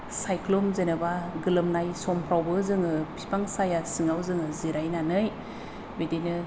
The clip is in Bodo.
सायख्लुम जेन'बा गोलोमनाय समफ्रावबो जोङो बिफां साया सिङाव जोङो जिरायनानै बिदिनो